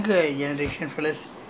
finer lah not much lah